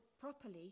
properly